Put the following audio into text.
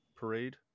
parade